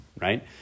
Right